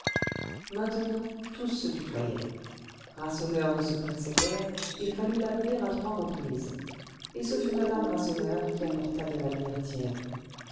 maintenant tous se tutoyaient rasseneur ne se pressait guère il fallut l'appeler à trois reprises et ce fut madame rasseneur qui apporta de la bière tiède